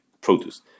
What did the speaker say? produce